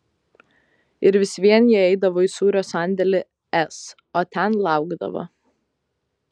ir vis vien jie eidavo į sūrio sandėlį s o ten laukdavo